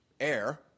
air